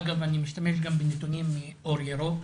אגב, אני משתמש גם בנתונים מאור ירוק.